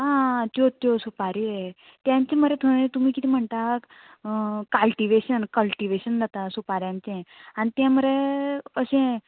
आं त्यो त्यो सुपारी तेंचे मरे थंय तुमी कितें म्हणटात कल्टिवेशन कल्टिवेशन जाता सुपाऱ्यांचें आनी तें मरे अशें